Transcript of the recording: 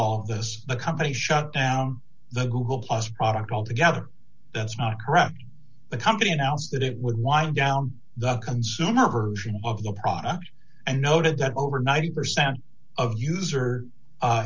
all this the company shut down the google plus product altogether that's not correct the company announced that it would wind down the consumer version of the product and noted that over ninety percent of user